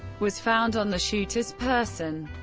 was found on the shooter's person.